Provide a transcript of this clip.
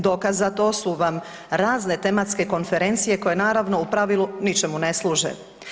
Dokaz za to su vam razne tematske konferencije koje naravno u pravilu ničemu ne služe.